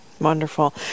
Wonderful